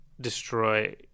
destroy